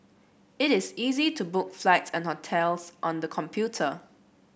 it is easy to book flights and hotels on the computer